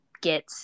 get